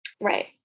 Right